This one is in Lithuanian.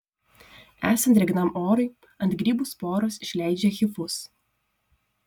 esant drėgnam orui ant grybų sporos išleidžia hifus